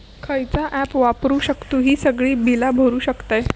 खयचा ऍप वापरू शकतू ही सगळी बीला भरु शकतय?